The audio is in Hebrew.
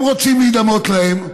הם רוצים להידמות להם,